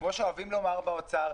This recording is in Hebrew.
כמו שאוהבים לומר במשרד